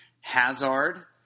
Hazard